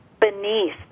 beneath